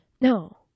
no